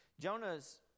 Jonah's